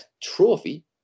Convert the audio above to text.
trophy